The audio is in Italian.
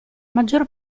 maggior